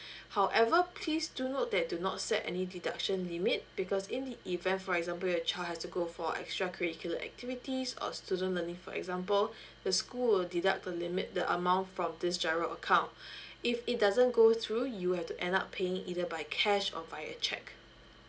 however please note that do not set any deduction limit because in event for example your child has to go for extra curricular activities or student learning for example the school will deduct the limit the amount from this GIRO account if it doesn't go through you have to end up paying either by cash or via check